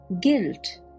guilt